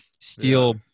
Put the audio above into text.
steel